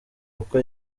kuko